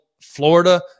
Florida